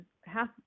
half